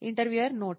interviewer note